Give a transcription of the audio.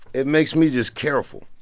it makes me just careful.